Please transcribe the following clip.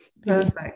Perfect